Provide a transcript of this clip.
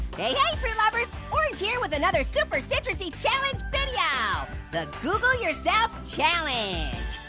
hey fruit lovers. orange here with another super citrusy challenge video the google yourself challenge.